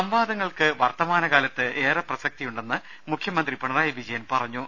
സംവാദങ്ങൾക്ക് വർത്തമാനകാലത്ത് ഏറെ പ്രസക്തിയുണ്ടെന്ന് മുഖ്യമന്ത്രി പിണറായി വിജയൻ പറഞ്ഞു